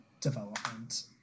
development